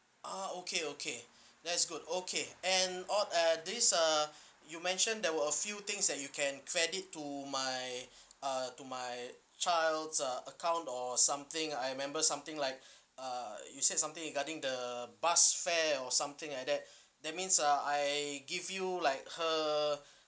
ah okay okay that is good okay and all uh this uh you mention there were a few things that you can credit to my uh to my child's uh account or something I remember something like uh you say something regarding the bus fare or something like that that means uh I give you like her